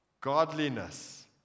godliness